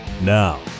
Now